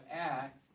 act